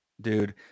dude